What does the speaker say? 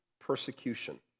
persecution